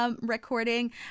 recording